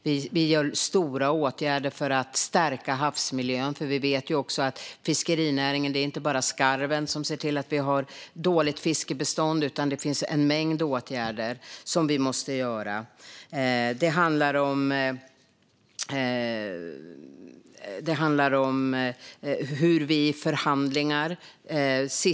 Vi gör också stora satsningar för att stärka havsmiljön, för vi vet att det inte bara är skarven som gör så att fiskbeståndet är dåligt. Det finns en mängd åtgärder som vi måste vidta. Det handlar också om hur vi förhandlar.